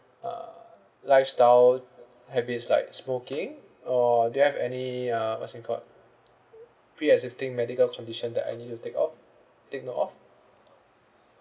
uh lifestyle habits like smoking or do you have any uh what's it called pre-existing medical condition that I need to take of take note of